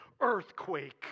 earthquake